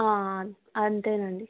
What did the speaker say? అంతేనండి